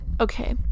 okay